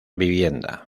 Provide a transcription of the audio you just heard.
vivienda